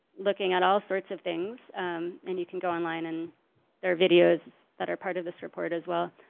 looking at all sorts of things and you can go online and there are videos that are part of this report as well.